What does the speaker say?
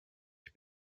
ich